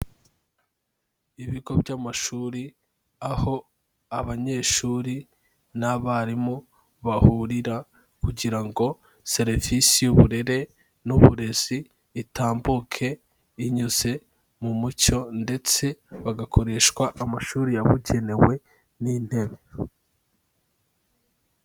Ibigo by'amashuri, aho abanyeshuri n'abarimu bahurira kugira ngo serivisi y'uburere n'uburezi itambuke inyuze mu mucyo, ndetse bagakoreshwa amashuri yabugenewe n'intebe.